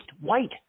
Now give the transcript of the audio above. white